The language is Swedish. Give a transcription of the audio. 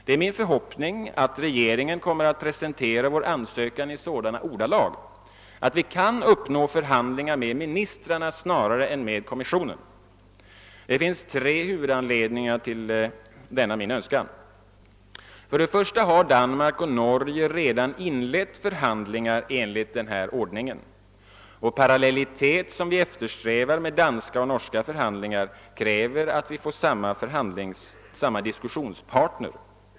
Det är min förhoppning att rege « ringen kommer att presentera vår ansö kan i sådana ordalag att vi kan uppnå förhandlingar med ministrarna snarare än med kommissionen. Det finns tre huvudanledningar till denna min Öönskan. För det första har Danmark och Norge redan inlett förhandlingar enligt denna ordning, och den parallellitet vi eftersträvar med danska och norska förhandlingar kräver att vi får samma diskussionspartner.